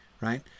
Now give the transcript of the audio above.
right